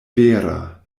vera